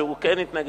שהוא כן התנגד,